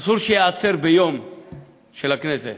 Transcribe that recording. אסור שייעצר ביום של הכנסת,